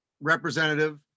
representative –